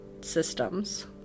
systems